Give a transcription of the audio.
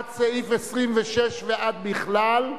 ועד בכלל,